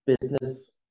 business